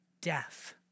death